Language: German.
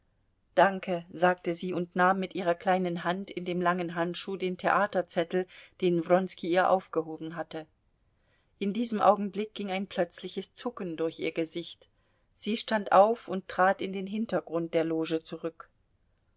danke sagte sie und nahm mit ihrer kleinen hand in dem langen handschuh den theaterzettel den wronski ihr aufgehoben hatte in diesem augenblick ging ein plötzliches zucken durch ihr gesicht sie stand auf und trat in den hintergrund der loge zurück